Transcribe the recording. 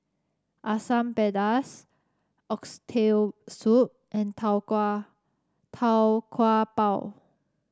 Asam Pedas Oxtail Soup and tau kwa Tau Kwa Pau